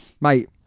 Mate